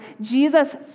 Jesus